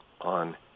on